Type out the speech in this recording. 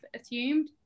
assumed